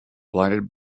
blinded